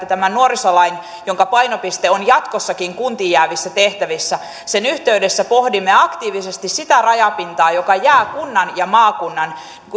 tämän nuorisolain jonka painopiste on jatkossakin kuntiin jäävissä tehtävissä yhteydessä pohdimme aktiivisesti sitä rajapintaa joka jää kunnan ja maakunnan